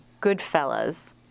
Goodfellas